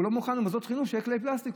הוא לא מוכן במוסדות חינוך שיהיו כלי פלסטיק.